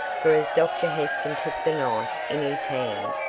for as dr heston took the knife in his hand,